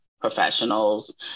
professionals